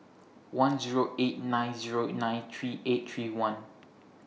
one Zero eight nine Zero nine three eight three one